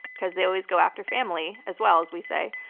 because they always go after family as well, as we say,